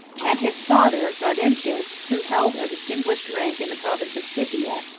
and his father gaudentius, who held a distinguished rank in the province of scythia,